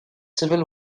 civil